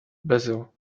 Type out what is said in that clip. basil